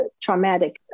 traumatic